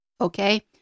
Okay